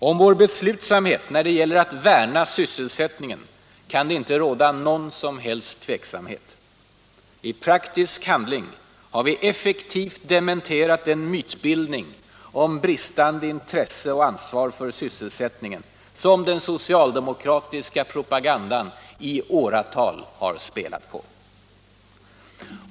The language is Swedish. Om vår beslutsamhet när det gäller att värna sysselsättningen kan det inte råda någon som helst tveksamhet. I praktisk handling har vi effektivt dementerat den mytbildning om bristande intresse och ansvar för sysselsättningen som den socialdemokratiska propagandan i åratal har spelat på.